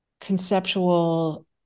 conceptual